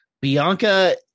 Bianca